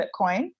Bitcoin